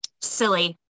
Silly